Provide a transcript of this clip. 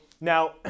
now